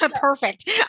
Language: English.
Perfect